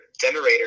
generator